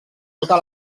tota